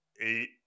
eight